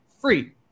Free